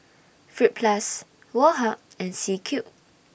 Fruit Plus Woh Hup and C Cube